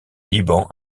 liban